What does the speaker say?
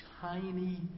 tiny